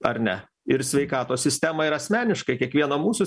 ar ne ir sveikatos sistemą ir asmeniškai kiekvieno mūsų